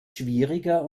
schwieriger